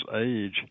age